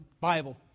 Bible